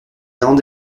landes